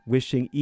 Wishing